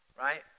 right